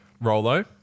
Rolo